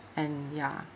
and ya